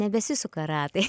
nebesisuka ratai